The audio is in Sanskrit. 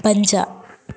पञ्च